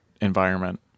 environment